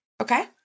okay